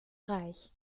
reich